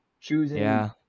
choosing